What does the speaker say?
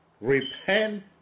Repent